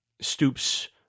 Stoops